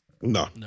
No